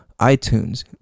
iTunes